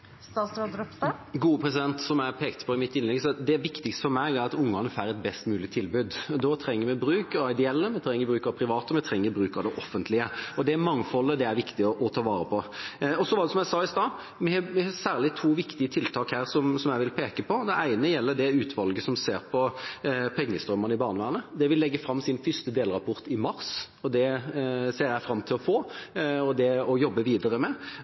Som jeg pekte på i mitt innlegg, er det viktigste for meg at ungene får et best mulig tilbud. Da trenger vi bruk av ideelle, vi trenger bruk av private, vi trenger bruk av det offentlige. Det mangfoldet er det viktig å ta vare på. Så er det, som jeg sa i stad, særlig to viktige tiltak her som jeg vil peke på. Det ene gjelder det utvalget som ser på pengestrømmene i barnevernet. Det vil legge fram sin første delrapport i mars, og den ser jeg fram til å få og til å jobbe videre med.